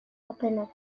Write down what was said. opined